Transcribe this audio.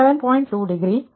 2 degree